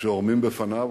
שעורמים בפניו.